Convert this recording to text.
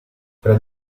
fra